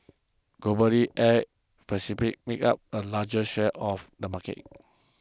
globally air Pacific makes up the largest share of the market